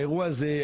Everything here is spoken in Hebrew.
האירוע הזה,